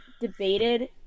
debated